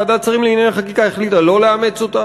וועדת שרים לענייני חקיקה החליטה לא לאמץ אותה.